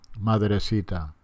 Madrecita